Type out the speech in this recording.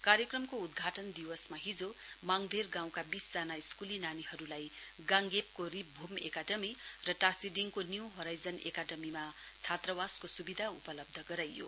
कार्यक्रमको उद्घाटन दिवसमा हिजो मांगधेर गाँउमा वीसजना स्कूली नानीहरुलाई गांश्येपको रीपभूम एकाडमी र टाशीडिङको न्यू होराइजन एकाडमीमा छात्रवासको सुविधा उपलब्ध गराइयो